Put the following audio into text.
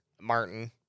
Martin